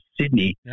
Sydney